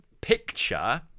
picture